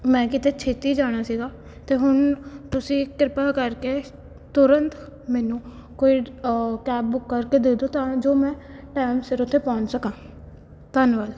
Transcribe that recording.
ਮੈਂ ਕਿਤੇ ਛੇਤੀ ਜਾਣਾ ਸੀਗਾ ਅਤੇ ਹੁਣ ਤੁਸੀਂ ਕਿਰਪਾ ਕਰਕੇ ਤੁਰੰਤ ਮੈਨੂੰ ਕੋਈ ਕੈਬ ਬੁੱਕ ਕਰਕੇ ਦੇ ਦਿਓ ਤਾਂ ਜੋ ਮੈਂ ਟਾਈਮ ਸਿਰ ਉੱਥੇ ਪਹੁੰਚ ਸਕਾਂ ਧੰਨਵਾਦ